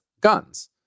guns